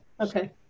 Okay